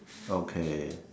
okay